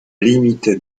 limite